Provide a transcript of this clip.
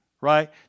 right